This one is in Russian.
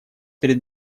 перед